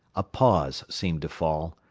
a pause seemed to fall.